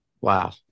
Wow